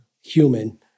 human